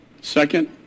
Second